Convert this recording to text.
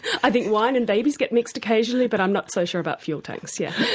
i think wine and babies get mixed occasionally but i'm not so sure about fuel tanks, yeah